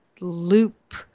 loop